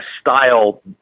style